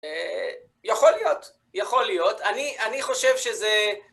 יכול להיות, יכול להיות. אני חושב שזה...